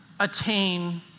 attain